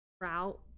route